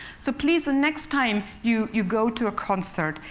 so please, the next time you you go to a concert,